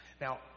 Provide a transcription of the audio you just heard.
Now